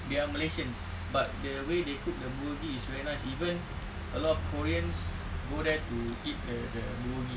they are malaysians but the way they cook the bulgogi is very nice even a lot of koreans go there to eat the the bulgogi